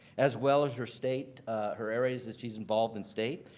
as well as her state her areas that she's involved in state.